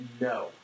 No